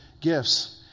gifts